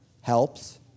helps